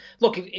Look